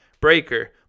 Breaker